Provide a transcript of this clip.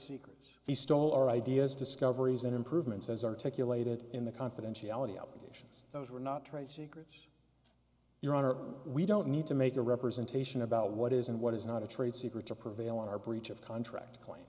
secrets he stole our ideas discoveries and improvements as articulated in the confidentiality allegations those were not trade secrets your honor we don't need to make a representation about what is and what is not a trade secret to prevail in our breach of contract